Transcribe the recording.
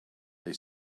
they